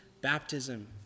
baptism